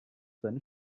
seine